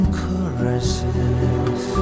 caresses